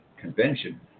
convention